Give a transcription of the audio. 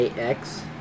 AX